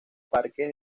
parques